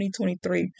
2023